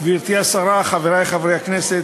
גברתי השרה, חברי חברי הכנסת,